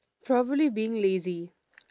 probably being lazy